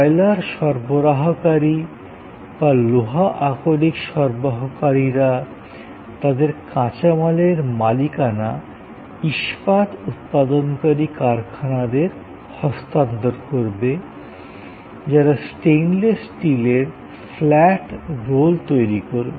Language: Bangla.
কয়লার সরবরাহকারী বা লোহা আকরিক সরবরাহকারীরা তাদের কাঁচামালের মালিকানা ইস্পাত উৎপাদনকারী কারখানাদের হস্তান্তর করবে যারা স্টেইনলেস স্টিলের ফ্ল্যাট রোল তৈরি করবে